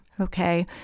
okay